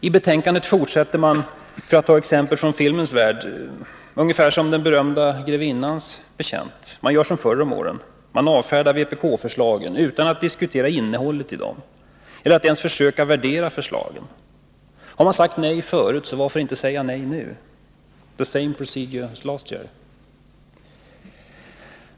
I betänkandet fortsätter man — för att ta ett exempel från filmens värld — ungefär som den berömda grevinnans betjänt. Man gör som förr om åren och avfärdar vpk-förslagen utan att diskutera innehållet i dem eller ens försöka värdera förslagen. Man har ju sagt nej förut, så varför inte säga nej nu också? The same procedure as last year!